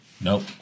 nope